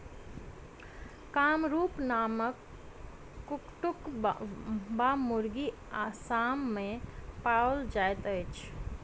कामरूप नामक कुक्कुट वा मुर्गी असाम मे पाओल जाइत अछि